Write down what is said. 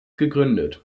gegründet